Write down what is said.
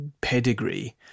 pedigree